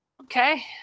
okay